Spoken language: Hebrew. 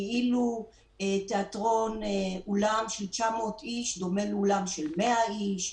כאילו אולם תיאטרון של 900 איש דומה לאולם של 100 איש.